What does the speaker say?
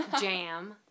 jam